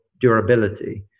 durability